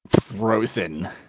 frozen